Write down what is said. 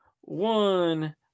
one